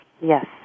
Yes